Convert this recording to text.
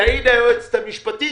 תעיד היועצת המשפטית,